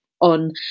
on